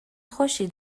خوشی